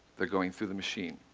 they're going through the machine.